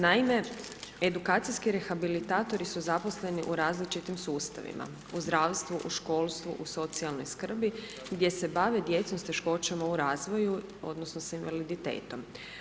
Naime, edukacijski rehabilitatori su zaposleni u različitim sustavima, u zdravstvu, u školstvu, u socijalnoj skrbi gdje se bave djecom s teškoćama u razvoju odnosno s invaliditetom.